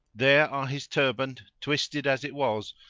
there are his turband, twisted as it was,